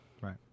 Right